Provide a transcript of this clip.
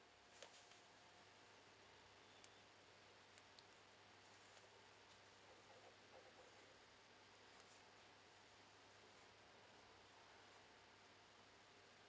mm